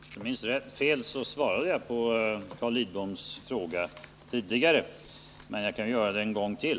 Herr talman! Om jag minns rätt, svarade jag på Carl Lidboms fråga tidigare, men jag kan göra det en gång till.